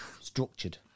Structured